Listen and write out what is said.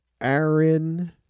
Aaron